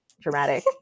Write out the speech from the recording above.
Dramatic